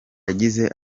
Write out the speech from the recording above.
yagize